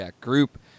group